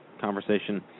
conversation